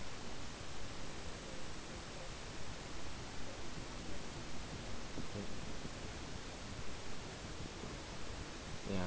ya